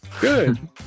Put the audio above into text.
Good